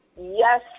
yes